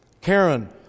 Karen